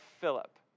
Philip